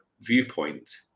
viewpoint